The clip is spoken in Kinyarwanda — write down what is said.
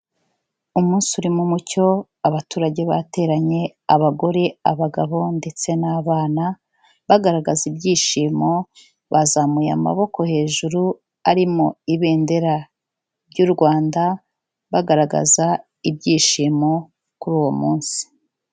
Umunsi urimo umucyo, abaturage bateranye, abagore abagabo ndetse n'abana, bagaragaza ibyishimo, bazamuye amaboko hejuru arimo ibendera ry' u Rwanda bagaragaza ibyishimo kuri uwo munsi.